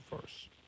first